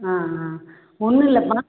ஆ ஆ ஒன்னுமில்லப்பா